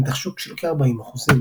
עם נתח שוק של כ-40 אחוזים.